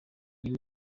iyi